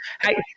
Hey